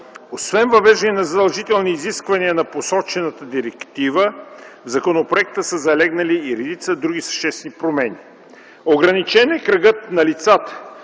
Освен въвеждане на задължителни изисквания на посочената директива, в законопроекта са залегнали и редица други съществени промени. Ограничен е кръгът на лицата,